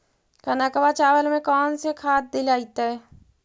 कनकवा चावल में कौन से खाद दिलाइतै?